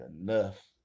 enough